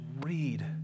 read